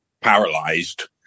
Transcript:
paralyzed